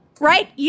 Right